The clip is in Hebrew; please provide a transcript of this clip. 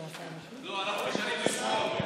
לא, אנחנו נשנה לשמאל.